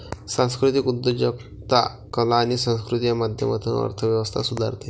सांस्कृतिक उद्योजकता कला आणि संस्कृतीच्या माध्यमातून अर्थ व्यवस्था सुधारते